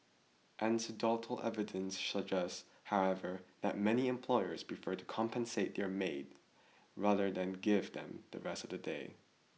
anecdotal evidence suggests however that many employers prefer to compensate their maid rather than give them the rest of the day